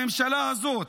הממשלה הזאת,